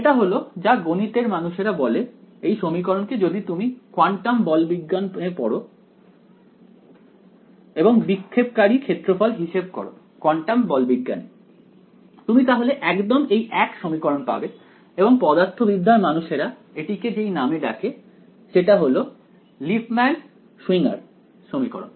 এটা হল যা গণিতের মানুষেরা বলে এই সমীকরণকে যদি তুমি কোয়ান্টাম বলবিজ্ঞান পড়ো এবং বিক্ষেপকারী ক্ষেত্রফল হিসেব করো কোয়ান্টাম বলবিজ্ঞান এ তুমি তাহলে একদম এই এক সমীকরণ পাবে এবং পদার্থবিদ্যার মানুষেরা এটিকে যেই নামে ডাকে সেটা হল লিপমান সুইঙের সমীকরণ